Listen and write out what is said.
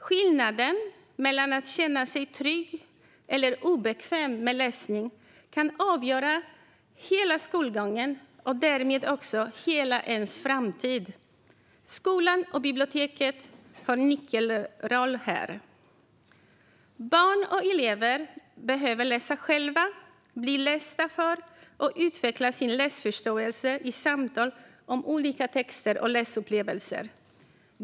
Skillnaden mellan att känna sig trygg eller obekväm med läsning kan avgöra hela skolgången och därmed också hela ens framtid. Skolan och biblioteket har en nyckelroll här. Barn och elever behöver läsa själva, bli lästa för och utveckla sin läsförståelse i samtal om olika texter och läsupplevelser.